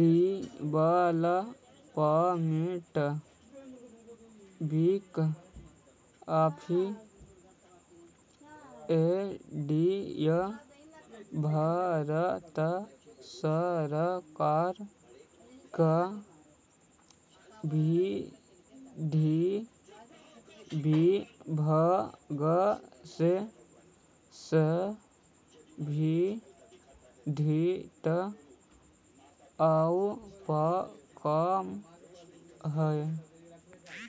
development bank of India Bharat सरकार के विधि विभाग से संबंधित उपक्रम हइ